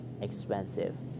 expensive